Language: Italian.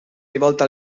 rivolte